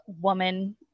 woman